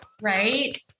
right